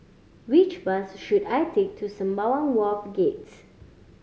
which bus should I take to Sembawang Wharves Gates